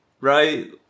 right